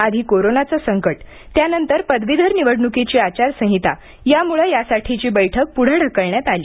आधी कोरोनाचे संकट त्यानंतर पदवीधर निवडण्कीची आचारसंहिता यामुळे यासाठीची बैठक पुढं ढकलण्यात आली